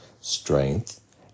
strength